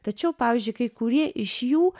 tačiau pavyzdžiui kai kurie iš jų